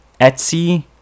Etsy